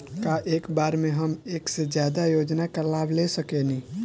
का एक बार में हम एक से ज्यादा योजना का लाभ ले सकेनी?